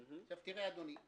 תראה, אדוני.